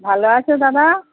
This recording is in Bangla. ভালো আছো দাদা